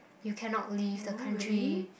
you cannot leave the country